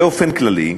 באופן כללי,